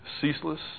ceaseless